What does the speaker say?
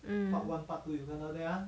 mm